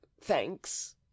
thanks